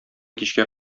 кичкә